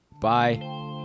Bye